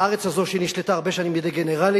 הארץ הזאת שנשלטה הרבה שנים בידי גנרלים